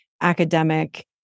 academic